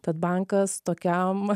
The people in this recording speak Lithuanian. tad bankas tokiam